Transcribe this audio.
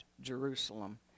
jerusalem